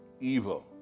evil